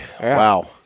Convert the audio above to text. Wow